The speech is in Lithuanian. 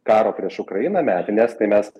karo prieš ukrainą metinės tai mes